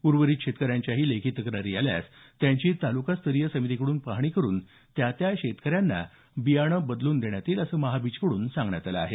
उर्वरित शेतकऱ्यांच्याही लेखी तक्रारी आल्यास त्यांची तालुकस्तरीय समितीकडून पाहणी करून त्या त्या शेतकऱ्यांना बियाणं बदलून देण्यात येईल अस महाबीजकडून सांगण्यात आलं आहे